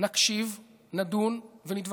נקשיב, נדון ונתווכח,